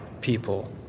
people